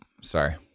sorry